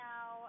Now